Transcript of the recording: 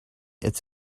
its